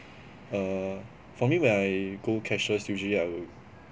err for me when I go cashless usually I will